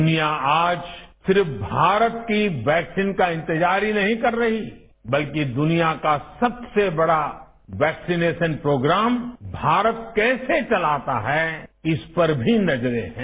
दुनिया आज सिर्फ भारत की वैक्सीन का इंतजार ही नहीं कर रही बल्कि दुनिया का सबसे बड़ा वैक्सीनेशन प्रोग्राम भारत कैसे चलाता है इस पर भी नजरें हैं